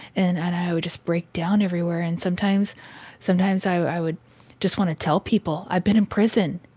and and i would just break down everywhere, and sometimes sometimes i would just wanna tell people i've been in prison.